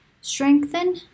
strengthen